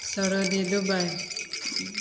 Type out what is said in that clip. Saudi Dubai